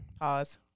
Pause